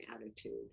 attitude